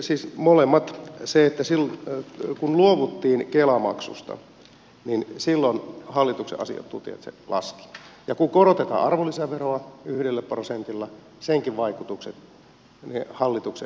siis molemmat kun luovuttiin kela maksusta silloin hallituksen asiantuntijat sen laskivat ja kun korotetaan arvonlisäveroa yhdellä prosentilla senkin vaikutukset hallituksen asiantuntijat laskivat